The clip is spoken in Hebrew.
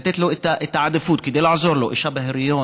לתת לו את העדיפות כדי לעזור לו: אישה בהיריון,